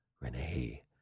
Renee